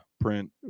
print